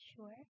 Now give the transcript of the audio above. Sure